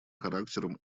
характером